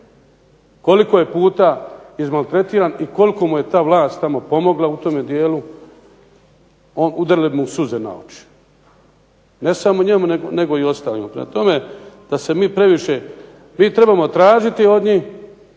Koliko je puta izmaltretiran i koliko mu je ta vlast tamo pomogla u tome dijelu, udarile bi mu suze na oči. Ne samo njemu nego i ostalima. Prema tome, da se mi previše, mi trebamo tražiti od njih